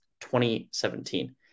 2017